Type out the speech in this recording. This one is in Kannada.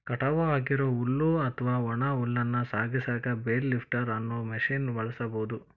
ಕಟಾವ್ ಆಗಿರೋ ಹುಲ್ಲು ಅತ್ವಾ ಒಣ ಹುಲ್ಲನ್ನ ಸಾಗಸಾಕ ಬೇಲ್ ಲಿಫ್ಟರ್ ಅನ್ನೋ ಮಷೇನ್ ಬಳಸ್ಬಹುದು